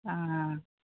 অঁ অঁ